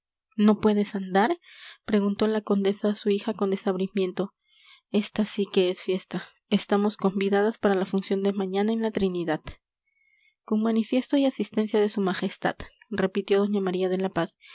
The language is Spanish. no puedes andar preguntó la condesa a su hija con desabrimiento esta sí que es fiesta estamos convidadas para la función de mañana en la trinidad con manifiesto y asistencia de su majestad repitió doña maría de la paz